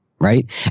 right